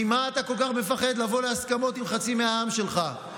למה אתה כל כך מפחד לבוא להסכמות עם חצי מהעם שלך?